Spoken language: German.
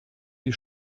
die